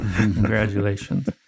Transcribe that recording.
Congratulations